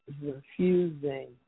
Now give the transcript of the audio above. refusing